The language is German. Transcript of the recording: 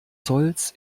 zolls